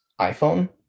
iPhone